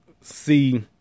see